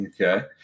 Okay